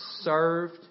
Served